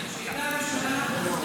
שאלה ראשונה,